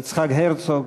יצחק הרצוג,